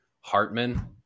Hartman